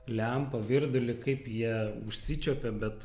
lempą virdulį kaip jie užsičiuopia bet